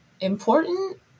important